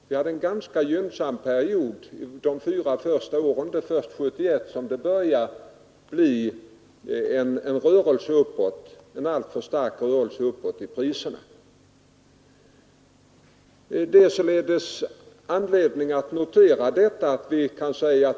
Det var en ganska gynnsam utveckling de första fyra åren, och det är först 1971 som en stark rörelse uppåt i byggkostnaderna har skett. Det är anledning att notera detta.